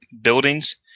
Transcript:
buildings